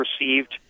received